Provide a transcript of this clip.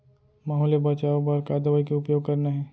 माहो ले बचाओ बर का दवई के उपयोग करना हे?